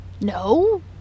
No